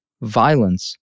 violence